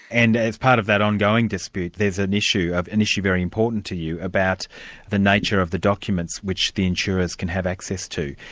and as part of that ongoing dispute, there's an issue, an issue very important to you, about the nature of the documents which the insurers can have access to.